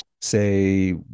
say